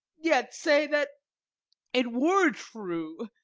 yet, say that it were true,